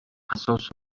اساس